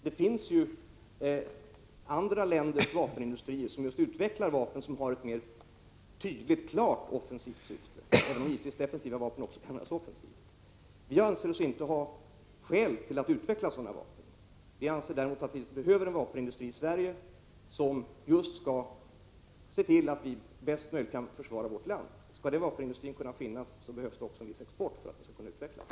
Det finns ju i andra länder vapenindustrier som utvecklar vapen med mera klart offensivt syfte, även om givetvis även defensiva vapen kan användas offensivt. Vi anser oss inte ha skäl att utveckla sådana offensiva vapen. Vi anser däremot att vi behöver en vapenindustri i Sverige som skall se till att vi på bästa möjliga sätt kan försvara vårt land. Skall den vapenindustrin kunna finnas, så behövs också en viss export för att den skall kunna utvecklas.